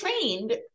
trained